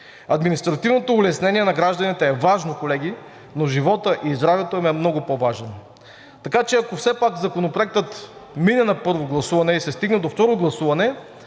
Административното улеснение на гражданите е важно, колеги, но животът и здравето им е много по-важно. Така че, ако все пак Законопроектът мине на първо гласуване и се стигне до второ гласуване,